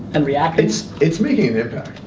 and reacting. it's it's making an impact.